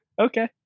Okay